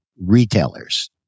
retailers